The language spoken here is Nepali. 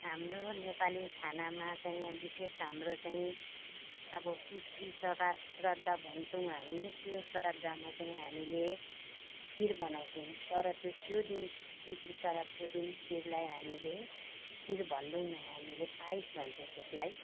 हाम्रो नेपाली खानामा चाहिँ यहाँ विशेष हाम्रोमा चाहिँ अब पितृ श्राद्ध श्राद्ध भन्छौँ हामी त्यो श्राद्धमा चाहिँ हामीले खिर बनाउँछौँ तर त्यो त्यो दिन पितृ श्राद्धको दिन खिरलाई हामीले खिर भन्दैनौँ हामीले पाइस भन्छौँ त्यसलाई